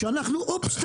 שאנחנו אופס,